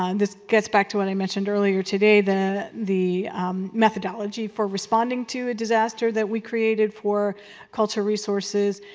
um this gets back to what i mentioned earlier today, the the methodology for responding to a disaster that we created for cultural resources.